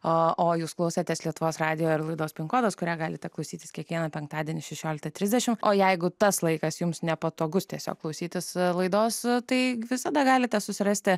o o jūs klausėtės lietuvos radijo laidos pin kodas kurią galite klausytis kiekvieną penktadienį šešiolitą trisdešimt o jeigu tas laikas jums nepatogus tiesiog klausytis laidos tai visada galite susirasti